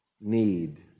need